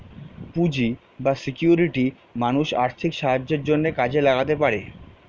পুঁজি বা সিকিউরিটি মানুষ আর্থিক সাহায্যের জন্যে কাজে লাগাতে পারে